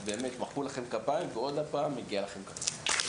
אז מחאו לכן כפיים ועוד פעם, מגיע לכם כפיים.